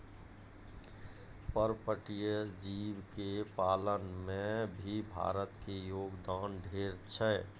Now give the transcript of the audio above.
पर्पटीय जीव के पालन में भी भारत के योगदान ढेर छै